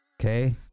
Okay